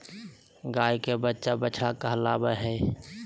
गाय के बच्चा बछड़ा कहलावय हय